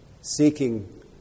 seeking